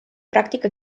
praktika